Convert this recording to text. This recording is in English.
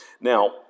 Now